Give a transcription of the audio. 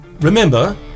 remember